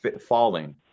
falling